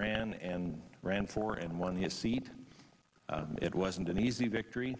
ran and ran for and won his seat it wasn't an easy victory